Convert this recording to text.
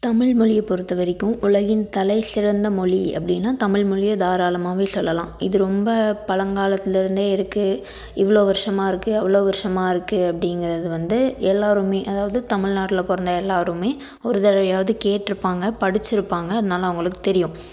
தமிழ் மொழியை பொறுத்தவரைக்கும் உலகின் தலைசிறந்த மொழி அப்படின்னா தமிழ் மொழியை தாராளமாகவே சொல்லலாம் இது ரொம்ப பழங்காலத்துலேருந்தே இருக்குது இவ்வளோ வருஷமா இருக்குது அவ்வளோ வருஷமா இருக்குது அப்படிங்குறது வந்து எல்லோருமே அதாவது தமிழ்நாட்டுல பிறந்த எல்லாேருமே ஒரு தடவையாவது கேட்டிருப்பாங்க படிச்சுருப்பாங்க அதனால் அவர்களுக்கு தெரியும்